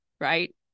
right